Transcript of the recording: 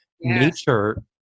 nature